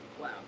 Wow